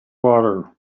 water